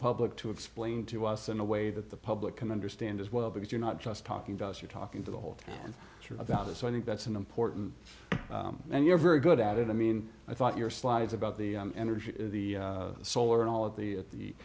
public to explain to us in a way that the public can understand as well because you're not just talking to us you're talking to the whole and about it so i think that's an important and you're very good at it i mean i thought your slides about the energy the solar and all of the